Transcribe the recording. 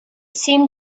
seemed